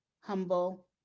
humble